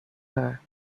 her